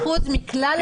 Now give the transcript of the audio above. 15% מכלל הגופים.